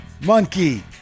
monkey